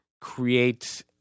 create